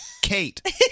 Kate